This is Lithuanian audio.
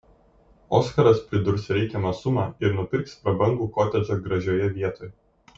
oskaras pridurs reikiamą sumą ir nupirks prabangų kotedžą gražioje vietoj